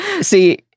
See